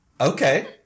Okay